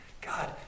God